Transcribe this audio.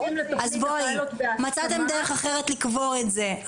אז בואי, מצאת דרך אחרת לקבור את זה.